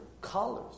colors